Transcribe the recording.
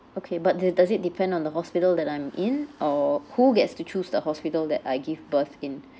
okay but de~ does it depend on the hospital that I'm in or who gets to choose the hospital that I give birth in